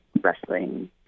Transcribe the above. wrestling